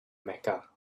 mecca